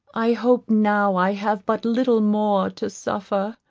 i hope now i have but little more to suffer.